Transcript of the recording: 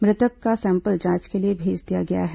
मृतक का सैंपल जांच के लिए भेज दिया गया है